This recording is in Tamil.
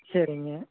சரிங்க